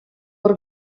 hor